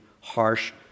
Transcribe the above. harsh